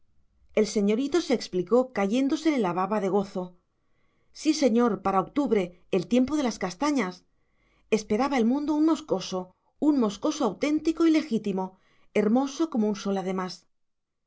el señorito se explicó cayéndosele la baba de gozo sí señor para octubre el tiempo de las castañas esperaba el mundo un moscoso un moscoso auténtico y legítimo hermoso como un sol además